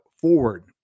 forward